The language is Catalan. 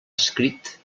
escrit